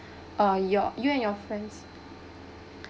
uh your you and your friends